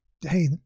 hey